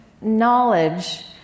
knowledge